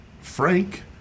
Frank